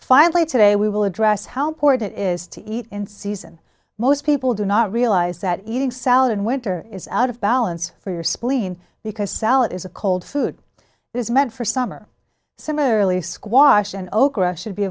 finally today we will address how important it is to eat in season most people do not realize that eating salad in winter is out of balance for your spleen because salad is a cold food is meant for summer similarly squash and okra should be